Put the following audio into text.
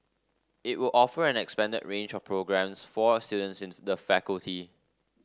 it will offer an expanded range of programmes for students in the faculty